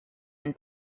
and